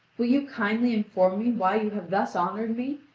will you kindly inform me why you have thus honoured me,